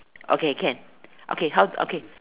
okay can okay how okay